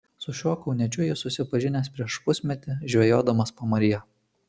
su šiuo kauniečiu jis susipažinęs prieš pusmetį žvejodamas pamaryje